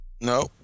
No